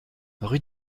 rue